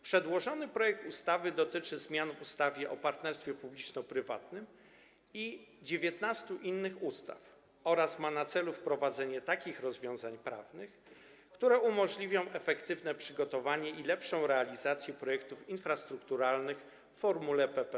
Przedłożony projekt ustawy dotyczy zmian w ustawie o partnerstwie publiczno-prywatnym i 19 innych ustaw i ma na celu wprowadzenie takich rozwiązań prawnych, które umożliwią efektywne przygotowanie i lepszą realizację projektów infrastrukturalnych w formule PPP.